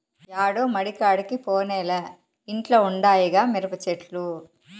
యాడో మడికాడికి పోనేలే ఇంట్ల ఉండాయిగా మిరపచెట్లు